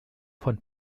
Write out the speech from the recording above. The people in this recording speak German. von